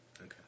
Okay